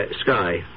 Sky